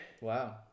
Wow